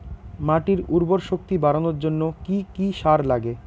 মাটির উর্বর শক্তি বাড়ানোর জন্য কি কি সার লাগে?